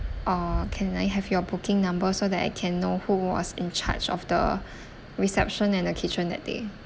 or can I have your booking number so that I can know who was in charge of the reception and the kitchen that day